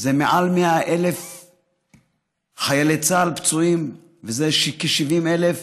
זה מעל 100,000 חיילי צה"ל פצועים, וזה כ-70,000